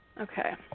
okay